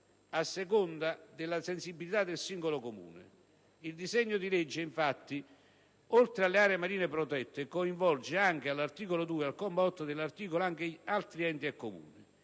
a seconda della sensibilità del singolo Comune. Il disegno di legge, infatti, oltre alle aree marine protette, coinvolge anche, all'articolo 2 e al comma 8 dell'articolo 1, anche altri enti e Comuni.